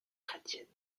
chrétienne